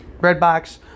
Redbox